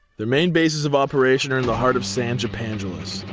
the main bases of operation are in the heart of san japangeles.